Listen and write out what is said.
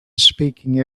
speaking